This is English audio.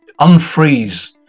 unfreeze